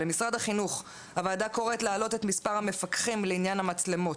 משרד החינוך הוועדה קוראת להעלות את מספר המפקחים לעניין המצלמות.